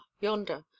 yonder